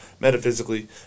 metaphysically